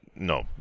No